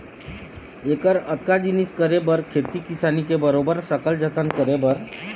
ऐकर अतका जिनिस करे बर खेती किसानी के बरोबर सकल जतन करे बर